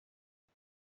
jag